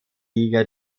liga